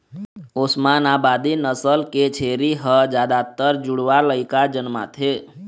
ओस्मानाबादी नसल के छेरी ह जादातर जुड़वा लइका जनमाथे